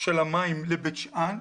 של המים לבית שאן,